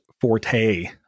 forte